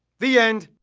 the end!